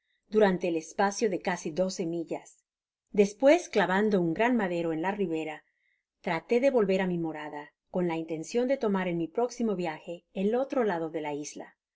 durante el espacio de easi doce millas despues clavando uo gran madero en la ribera traté de volver á mi morada con la intencion de tomar en mi próximo viaje el otro lado ile la isla